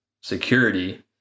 security